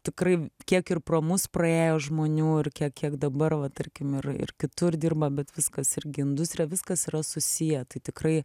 tikrai kiek ir pro mus praėjo žmonių ir kiek kiek dabar va tarkim ir ir kitur dirba bet viskas irgi industrija viskas yra susiję tai tikrai